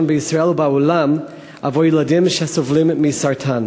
בישראל ובעולם עבור ילדים שסובלים מסרטן.